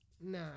Nah